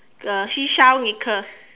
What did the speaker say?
uh seashell necklace